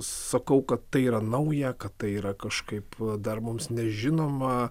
sakau kad tai yra nauja kad tai yra kažkaip dar mums nežinoma